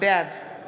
בעד